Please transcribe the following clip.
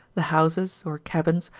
the houses, or cabins,